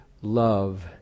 love